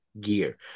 gear